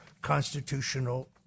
Constitutional